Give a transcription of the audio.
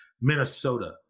Minnesota